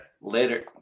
Later